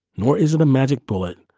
nor is it a magic bullet,